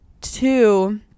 two